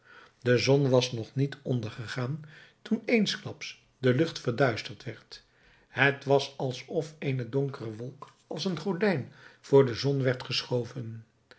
de zon was nog niet ondergegaan toen eensklaps de lucht verduisterd werd het was alsof eene donkere wolk als een gordijn voor de zon werd geschoven